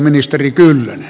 arvoisa puhemies